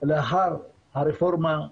לאחר הרפורמה,